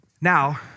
Now